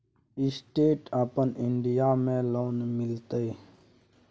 Stand up India में loan मिलते?